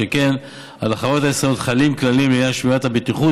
שכן על חברות ישראליות חלים כללים לעניין שמירת הבטיחות